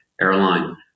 airline